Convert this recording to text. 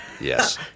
Yes